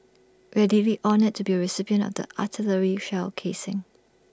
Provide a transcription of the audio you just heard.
we are deeply honoured to be A recipient of the artillery shell casing